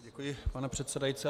Děkuji, pane předsedající.